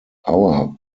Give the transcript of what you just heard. our